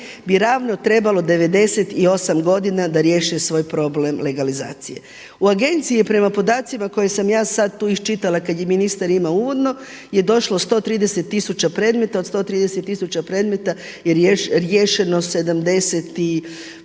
bi ravno trebalo 98 godina da riješe svoj problem legalizacije. U Agenciji je prema podacima koje sam ja sada tu iščitala kada je ministar imao uvodno je došlo 130 tisuća predmeta. Od 130 tisuća predmeta je riješeno negdje